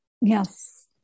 Yes